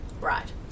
right